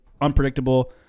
unpredictable